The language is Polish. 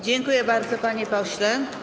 Dziękuję bardzo, panie pośle.